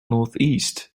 northeast